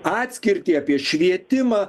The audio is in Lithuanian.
atskirtį apie švietimą